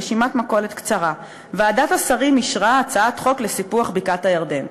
רשימת מכולת קצרה: ועדת השרים אישרה הצעת חוק לסיפוח בקעת-הירדן,